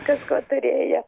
kažko turėjo